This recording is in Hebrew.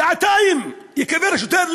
שעתיים, ייקבר השוטר.